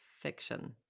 fiction